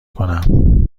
کنم